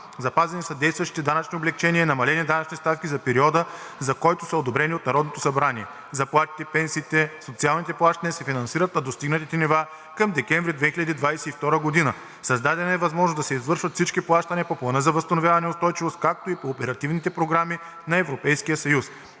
Запазени са действащите данъчни облекчения и намалени данъчни ставки за периода, за който са одобрени от Народното събрание. Заплатите, пенсиите, социалните плащания се финансират на достигнатите нива към декември 2022 г. Създадена е възможност да се извършват всички плащания по Плана за възстановяване и устойчивост, както и по оперативните програми на Европейския съюз.